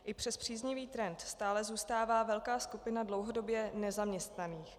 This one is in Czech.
I přes příznivý trend stále zůstává velká skupina dlouhodobě nezaměstnaných.